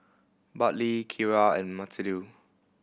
Bartley Kira and Matilde